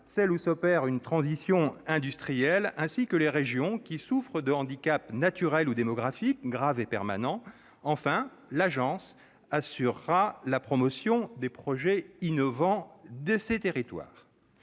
celles où s'opère une transition industrielle et les régions qui souffrent de handicaps naturels ou démographiques graves et permanents. Enfin, l'agence assurera la promotion des projets innovants de ces territoires.